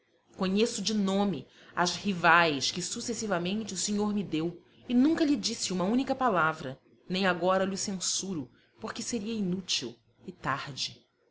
conheço de nome as rivais que sucessivamente o senhor me deu e nunca lhe disse uma única palavra nem agora lho censuro porque seria inútil e tarde